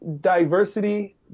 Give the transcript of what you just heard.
diversity